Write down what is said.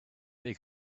they